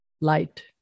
light